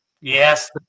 yes